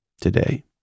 today